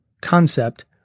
concept